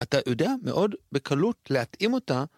אתה יודע מאוד בקלות להתאים אותה